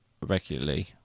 regularly